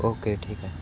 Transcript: okay ठीक आहे